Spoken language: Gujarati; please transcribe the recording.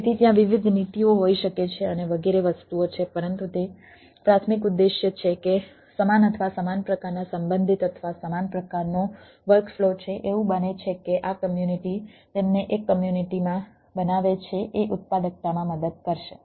તેથી ત્યાં વિવિધ નીતિઓ હોઈ શકે છે અને વગેરે વસ્તુઓ છે પરંતુ તે પ્રાથમિક ઉદ્દેશ્ય છે કે સમાન અથવા સમાન પ્રકારના સંબંધિત અથવા સમાન પ્રકારનો વર્કફ્લો છે એવું બને છે કે આ કમ્યુનિટી તેમને એક કમ્યુનિટીમાં બનાવે છે એ ઉત્પાદકતામાં મદદ કરશે